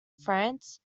france